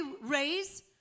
raise